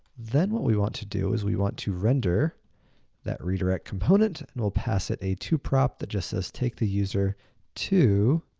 then what we want to do is we want to render that redirect component, and we'll pass it a to prop that just says, take the user to